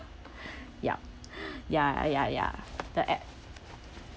yup ya ya ya that act